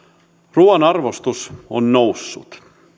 ruuan arvostus on noussut